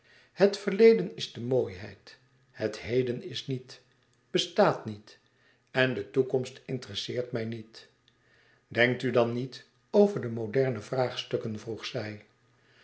het verleden is de mooiheid het heden is niet bestaat niet en de toekomst interesseert mij niet denkt u dan niet over de moderne vraagstukken vroeg zij